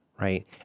right